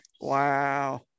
Wow